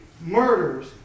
murders